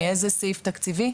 מאיזה סעיף תקציבי,